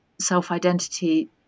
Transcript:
self-identity